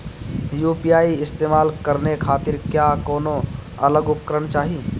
UPI इस्तेमाल करने खातिर क्या कौनो अलग उपकरण चाहीं?